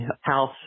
House